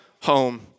home